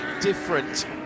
different